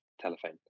telephone